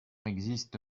existe